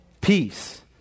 peace